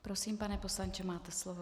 Prosím, pane poslanče, máte slovo.